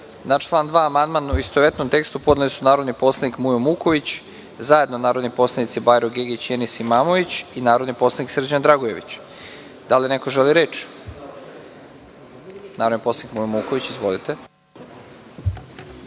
član 2. amandman u istovetnom tekstu su podneli narodni poslanik Mujo Muković, zajedno, narodni poslanici Barjo Gegić i Enis Imamović, i narodni poslanik Srđan Dragojević. Da li neko želi reč? (Da.)Narodni poslanik Mujo Muković. Izvolite.